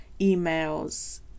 emails